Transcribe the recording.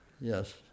Yes